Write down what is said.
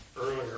earlier